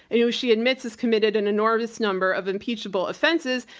and who she admits is committed an enormous number of impeachable offenses,